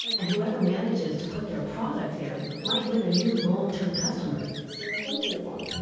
and whoever manages to put their product there might win a new long-term customer and kind of um